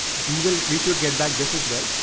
we will, we should get back this as well.